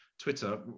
Twitter